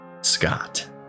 Scott